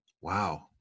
Wow